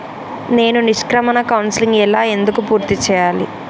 నేను నిష్క్రమణ కౌన్సెలింగ్ ఎలా ఎందుకు పూర్తి చేయాలి?